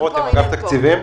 אני מאגף תקציבים.